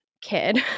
kid